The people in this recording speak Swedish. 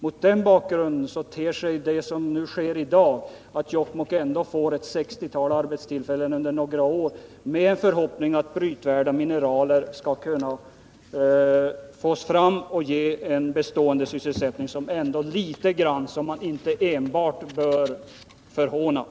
Mot den bakgrunden ter sig det som sker i dag - Jokkmokk får ett 60-tal arbetstillfällen under några år, med förhoppning om att man skall få fram brytvärda mineral som skall kunna ge en bestående sysselsättning — som någonting som är värt att inte bara förhånas.